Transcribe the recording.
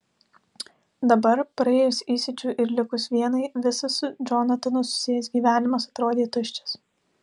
dabar praėjus įsiūčiui ir likus vienai visas su džonatanu susijęs gyvenimas atrodė tuščias